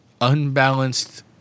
Unbalanced